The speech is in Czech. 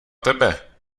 tebe